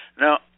Now